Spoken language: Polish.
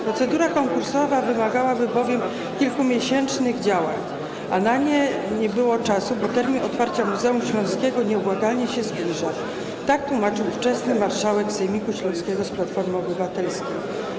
Procedura konkursowa wymagałaby bowiem kilkumiesięcznych działań, a na to nie było czasu, bo termin otwarcia Muzeum Śląskiego nieubłaganie się zbliżał - tak tłumaczył ten fakt ówczesny marszałek sejmiku śląskiego z Platformy Obywatelskiej.